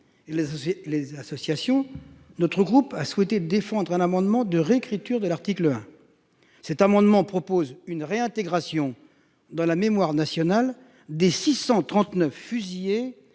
et les associations. Notre groupe a souhaité défendre un amendement de réécriture de l'article 1. Cet amendement propose une réintégration dans la mémoire nationale des 639 fusillés